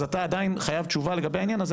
אז אתה עדיין חייב תשובה לגבי העניין הזה.